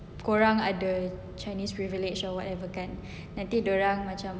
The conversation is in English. korang ada chinese privilege or whatever kan dia orang macam